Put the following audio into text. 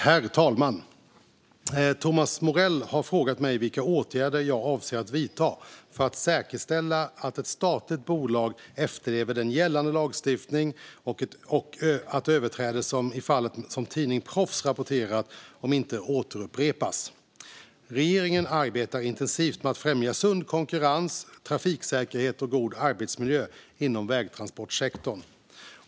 Herr talman! Thomas Morell har frågat mig vilka åtgärder jag avser att vidta för att säkerställa att ett statligt bolag efterlever den gällande lagstiftningen och att överträdelser som i fallet som tidningen Proffs rapporterat om inte återupprepas. Regeringen arbetar intensivt med att främja sund konkurrens, trafiksäkerhet och en god arbetsmiljö inom vägtransportsektorn.